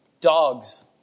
dogs